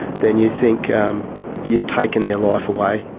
then you think you've taken their life away.